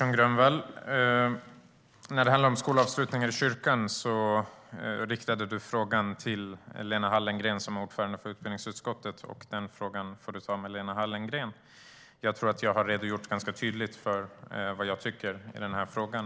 Herr talman! Frågan om skolavslutningar i skolan riktade du till Lena Hallengren, som är ordförande i utbildningsutskottet, och den får du ta med henne. Jag tror att jag har redogjort ganska tydligt för vad jag tycker i den här frågan.